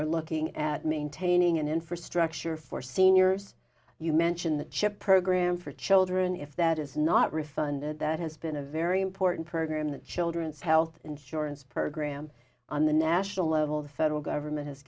are looking at maintaining an infrastructure for seniors you mentioned the chip program for children if that is not refunded that has been a very important program the children's health insurance program on the national level the federal government has